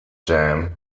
jam